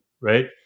right